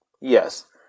yes